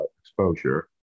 exposure